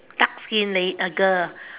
dark skin la~ a girl